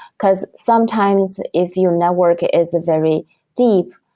because sometimes if your network is very deep,